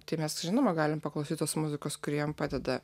tai mes žinoma galim paklausyti tos muzikos kuri jam padeda